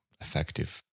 effective